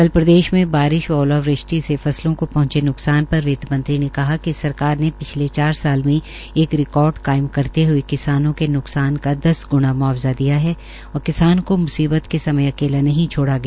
कल प्रदेश में बारिश व ओलावृष्टि से फसलों को पहंचे न्कसान पर विंतमंत्री ने कहा कि सरकार ने पिछले चार साल में एक रिकार्ड कायम करते हये किसानों के न्कसान का दस ग्णा म्आवजा दिया है और किसान को मुसीबत के समय अकेला नहीं छोड़ा गया